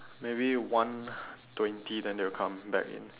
maybe one twenty then they'll come back in